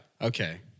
Okay